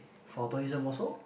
for tourism also